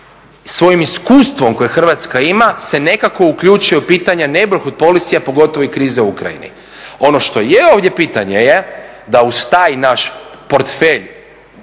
svojim iskustvom koje Hrvatska ima se nekako uključuje u pitanja … pogotovo i kriza u Ukrajini. Ono što je ovdje pitanje da uz taj naš …